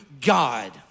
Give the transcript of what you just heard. God